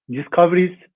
Discoveries